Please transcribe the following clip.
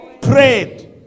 prayed